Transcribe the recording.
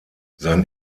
sein